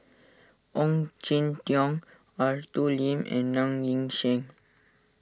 Ong Jin Teong Arthur Lim and Ng Yi Sheng